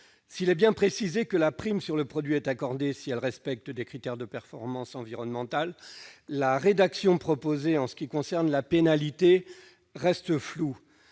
S'il est bien précisé que la prime est accordée si le produit respecte des critères de performance environnementale, la rédaction proposée en ce qui concerne la pénalité est floue,